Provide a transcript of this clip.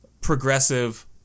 progressive